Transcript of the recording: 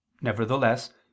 Nevertheless